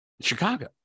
Chicago